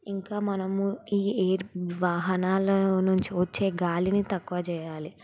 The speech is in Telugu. ఇంకా మనము ఈ ఎయిర్ వాహనాల నుంచి వచ్చే గాలిని తక్కువ చేయాలి